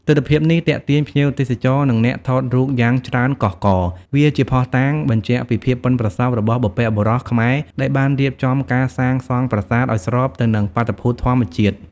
ទិដ្ឋភាពនេះទាក់ទាញភ្ញៀវទេសចរ និងអ្នកថតរូបយ៉ាងច្រើនកុះករ។ វាជាភស្តុតាងបញ្ជាក់ពីភាពប៉ិនប្រសប់របស់បុព្វបុរសខ្មែរដែលបានរៀបចំការសាងសង់ប្រាសាទឲ្យស្របទៅនឹងបាតុភូតធម្មជាតិ។